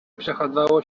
przechadzało